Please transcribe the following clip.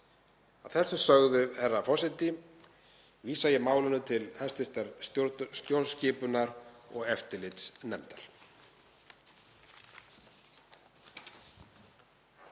Að þessu sögðu, herra forseti, vísa ég málinu til hv. stjórnskipunar- og eftirlitsnefndar.